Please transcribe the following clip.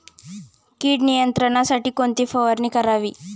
कीड नियंत्रणासाठी कोणती फवारणी करावी?